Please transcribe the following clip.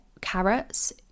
carrots